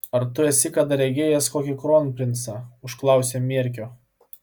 ar tu esi kada regėjęs kokį kronprincą užklausė mierkio